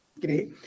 Great